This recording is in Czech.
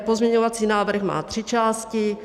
Pozměňovací návrh má tři části.